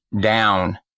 down